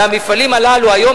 שהמפעלים הללו היום,